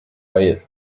hayır